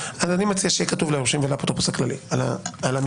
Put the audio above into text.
אז אני מציע שכן יהיה כתוב "ליורשים ולאפוטרופוס הכללי" על השומה.